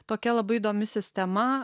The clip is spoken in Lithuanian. tokia labai įdomi sistema